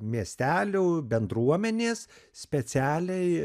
miestelių bendruomenės specialiai